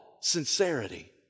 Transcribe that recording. sincerity